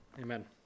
Amen